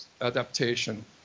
adaptation